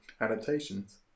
adaptations